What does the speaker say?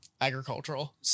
agricultural